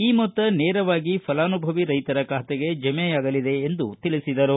ಈ ಮೊತ್ತ ನೇರವಾಗಿ ಫಲಾನುಭವಿ ರೈತರ ಖಾತೆಗೆ ಜಮೆಯಾಗಲಿದೆ ಎಂದು ಹೇಳಿದರು